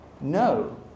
No